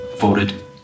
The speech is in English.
Voted